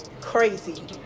crazy